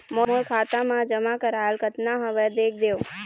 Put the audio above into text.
मोर खाता मा जमा कराल कतना हवे देख देव?